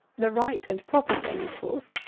the right and proper thing, of course,